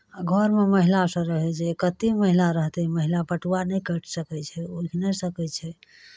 आ घरमे महिलासभ रहै छै कतेक महिला रहतै महिला पटुआ नहि काटि सकै छै उघि नहि सकै छै